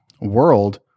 world